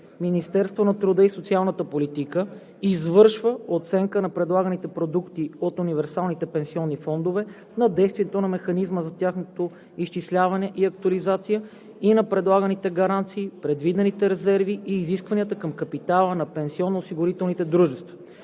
Министерството на труда и социалната политика извършва оценка на предлаганите продукти от универсалните пенсионни фондове, на действието на механизма за тяхното изчисляване и актуализация и на предлаганите гаранции, предвидените резерви и изискванията към капитала на пенсионноосигурителните дружества.“